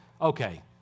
okay